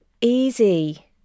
easy